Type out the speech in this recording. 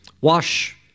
Wash